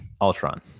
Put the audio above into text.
Ultron